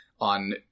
on